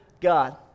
God